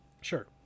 Sure